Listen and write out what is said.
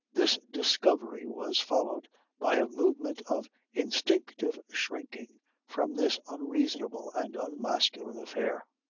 this discovery was followed by a movement of instinctive shrinking from this unreasonable and unmasculine affair.